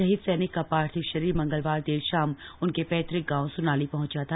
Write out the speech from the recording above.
शहीद सैनिक का पार्थिव शरीर मंगलवार देर शाम उनके पैतृक गांव सुनाली पहुंचा था